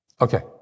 Okay